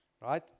right